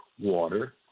water